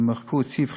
שמחקו את סעיף 5,